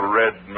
red